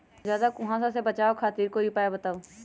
ज्यादा कुहासा से बचाव खातिर कोई उपाय बताऊ?